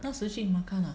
那时去 makan ah